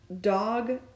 dog